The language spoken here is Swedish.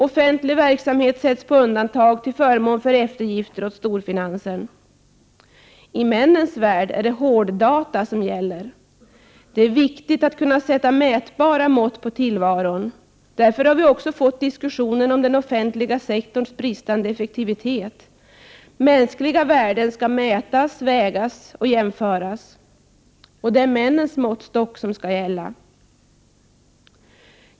Offentlig verksamhet sätts på undantag till förmån för eftergifter åt storfinansen. I männens värld är det hårddata som gäller. Det är viktigt att kunna sätta mätbara mått på tillvaron. Därför har vi också fått diskussionen om den offentliga sektorns bristande effektivitet. Mänskliga värden skall mätas, vägas och jämföras. Och det är mäns måttstock som skall gälla.